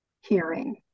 hearing